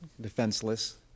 defenseless